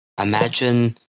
Imagine